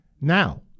now